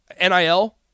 NIL